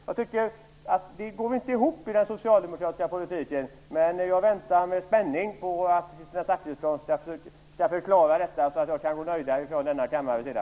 Jag tycker inte att den socialdemokratiska politiken går ihop. Jag väntar med spänning på att Kristina Zakrisson skall förklara detta så att jag sedan kan gå nöjdare ifrån denna kammare.